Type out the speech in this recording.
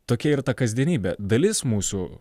tokia ir ta kasdienybė dalis mūsų